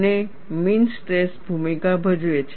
અને mean stress ભૂમિકા ભજવે છે